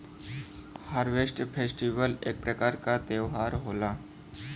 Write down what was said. harvest festival एक प्रकार क त्यौहार होला